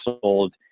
sold